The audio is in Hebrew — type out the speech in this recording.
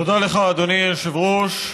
תודה לך, אדוני היושב-ראש.